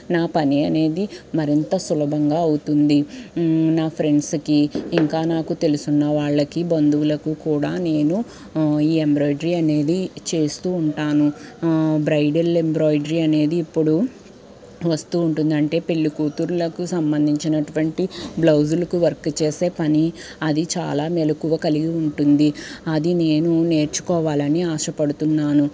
నా పని అనేది మరింత సులభంగా అవుతుంది నా ఫ్రెండ్స్కి ఇంకా నాకు తెలుసున్న వాళ్లకి బంధువులకు కూడా నేను ఈ ఎంబ్రాయిడరీ అనేది చేస్తూ ఉంటాను బ్రైడల్ ఎంబ్రాయిడరీ అనేది ఇప్పుడు వస్తూ ఉంటుంది అంటే పెళ్లికూతురులకు సంబంధించినటువంటి బ్లౌజులకు వర్క్ చేసే పని అది చాలా మెలకువ కలిగి ఉంటుంది అది నేను నేర్చుకోవాలని ఆశపడుతున్నాను